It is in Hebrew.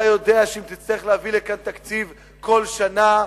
אתה יודע שאם תצטרך להביא לכאן תקציב כל שנה,